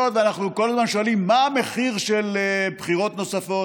אנחנו כל הזמן שואלים מה המחיר של בחירות נוספות,